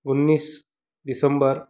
उन्नीस दिसम्बर